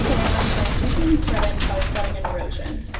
shorelines are increasingly threatened by flooding and erosion.